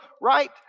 right